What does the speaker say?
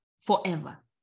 forever